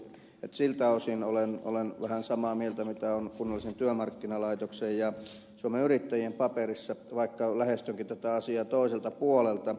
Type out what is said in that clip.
siltä osin olen vähän samaa mieltä mitä on kunnallisen työmarkkinalaitoksen ja suomen yrittäjien paperissa vaikka lähestynkin tätä asiaa toiselta puolelta